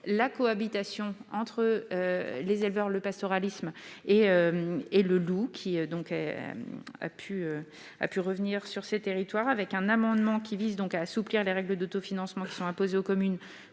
la cohabitation entre les éleveurs, le pastoralisme et le loup, qui a pu revenir sur ces territoires. Cet amendement vise donc à assouplir les règles d'autofinancement qui sont imposées aux communes